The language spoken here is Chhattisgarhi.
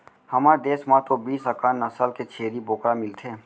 हमर देस म तो बीस अकन नसल के छेरी बोकरा मिलथे